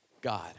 God